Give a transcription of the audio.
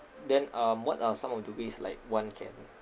then um what are some of the ways like one can